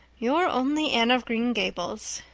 you're only anne of green gables,